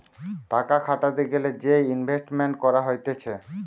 টাকা খাটাতে গ্যালে যে ইনভেস্টমেন্ট করা হতিছে